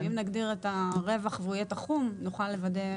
אם נגדיר את הרווח והוא יהיה תחום, נוכל לוודא.